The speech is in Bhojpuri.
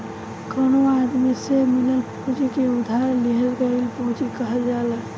कवनो आदमी से मिलल पूंजी के उधार लिहल गईल पूंजी कहल जाला